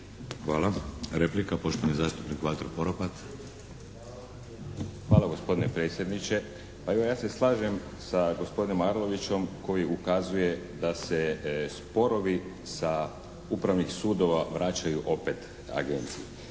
Hvala. Replika, poštovani zastupnik Vlater Poropat. **Poropat, Valter (IDS)** Hvala gospodine predsjedniče. Pa evo ja slažem sa gospodinom Arlovićom koji ukazuje da se sporovi sa upravnih sudova vraćaju opet Agenciji.